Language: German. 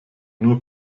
nur